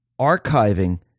archiving